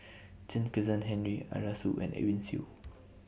Chen Kezhan Henri Arasu and Edwin Siew